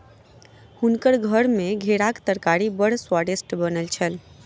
हुनकर घर मे घेराक तरकारी बड़ स्वादिष्ट बनल छल